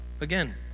again